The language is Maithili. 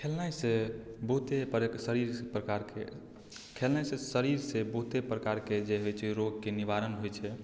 खेलनाइसँ बहुते प्रक शरीर प्रकारके खेलनाइसँ शरीरसँ बहुते प्रकारके जे होइत छै रोगके निवारण होइत छै